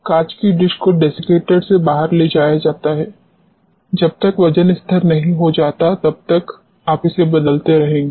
कांच की डिश को डेसीकेटर से बाहर ले जाया जाता है जब तक वज़न स्थिर नहीं हो जाता तब तक आप इसे बदलते रहेंगे